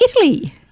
Italy